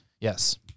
Yes